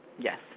Yes